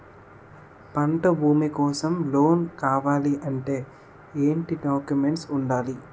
పంట భూమి కోసం లోన్ కావాలి అంటే ఏంటి డాక్యుమెంట్స్ ఉండాలి?